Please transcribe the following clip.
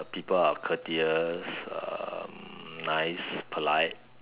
uh people are courteous um nice polite